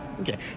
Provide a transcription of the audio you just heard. okay